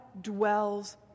dwells